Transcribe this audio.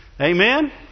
Amen